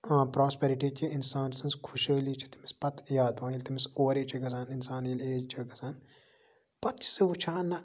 آ پرٛاسپیرِٹی کہِ اِنسان سٕنز خُشحٲلی چھِ تٔمِس پَتہٕ یاد پٮ۪وان ییٚلہِ تٔمِس اوٚوَر ایج چھےٚ گژھان اِنسان ییٚلہِ ایج چھےٚ گژھان پَتہٕ چھِ سُہ وٕچھان نہ